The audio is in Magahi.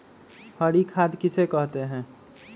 हरी खाद किसे कहते हैं?